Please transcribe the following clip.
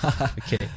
Okay